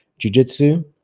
jujitsu